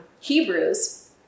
Hebrews